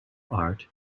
art